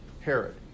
Herod